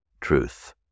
truth